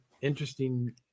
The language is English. interesting